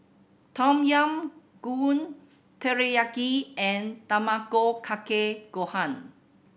Tom Yam Goong Teriyaki and Tamago Kake Gohan